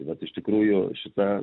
tai vat iš tikrųjų šita